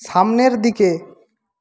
সামনের দিকে